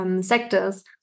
sectors